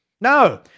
No